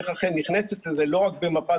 איך רח"ל נכנסת לזה לא רק במפת